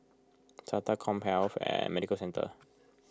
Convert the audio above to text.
Sata CommHealth Medical Centre